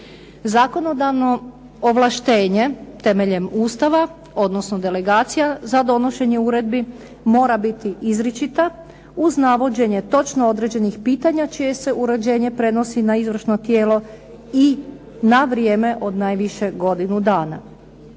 Zakonodavno ovlaštenje temeljem Ustava, odnosno delegacija za donošenje uredbi, mora biti izričita uz navođenje točno određenih pitanja, čije se uređenje prenosi na izvršno tijelo i na vrijeme najviše od godinu dana.